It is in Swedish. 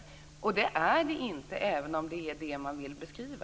Det är det inte, även om det är det man vill beskriva.